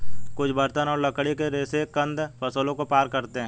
कुछ बर्तन और लकड़ी के रेशे कंद फसलों को पार करते है